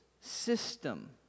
system